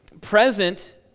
Present